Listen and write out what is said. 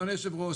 אדוני היושב ראש,